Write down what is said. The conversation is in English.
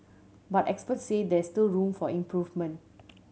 but experts say there is still room for improvement